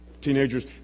teenagers